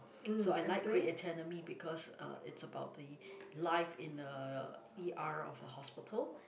so I like grey anatomy because uh it's about the life in a E_R of a hospital